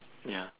ya